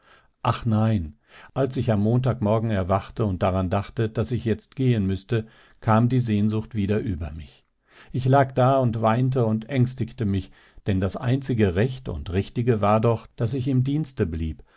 ach nein als ich am montag morgen erwachte und daran dachte daß ich jetzt gehen müßte kam die sehnsucht wieder über mich ich lag da und weinte und ängstigte mich denn das einzige recht und richtige war doch daß ich im dienste blieb